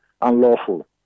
unlawful